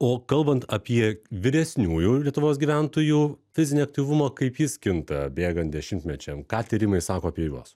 o kalbant apie vyresniųjų lietuvos gyventojų fizinį aktyvumą kaip jis kinta bėgant dešimtmečiam ką tyrimai sako apie juos